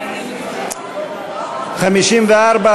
54,